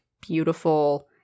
beautiful